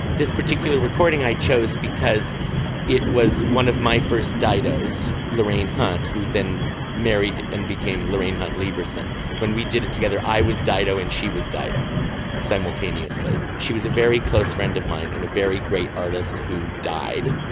this particular recording i chose because it was one of my first dildos. lorraine hunt who then married and became lorraine hunt lieberman when we did it together. i was dido and she was dido simultaneously. she was a very close friend of mine and a very great artist who died.